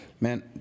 Man